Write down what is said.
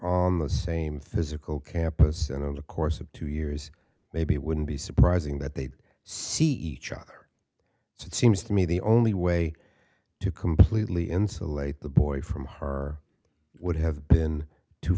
on the same physical campus and over the course of two years maybe it wouldn't be surprising that they'd see each other so it seems to me the only way to completely insulate the boy from her would have been to